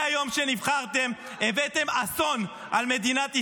מהיום שנבחרתם הבאתם אסון על מדינת ישראל.